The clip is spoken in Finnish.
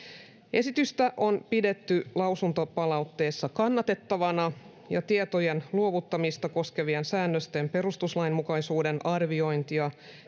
esitystä on pidetty lausuntopalautteessa kannatettavana tietojen luovuttamista koskevien säännösten perustuslainmukaisuuden arviointia